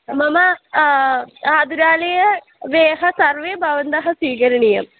मम आदुरालयस्य व्ययः सर्वे भवन्तः स्वीकरणीयम्